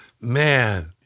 Man